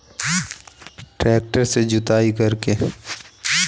दोमट मिट्टी में मटर की बुवाई कैसे होती है?